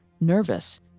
Nervous